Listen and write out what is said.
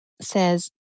says